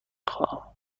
خواهم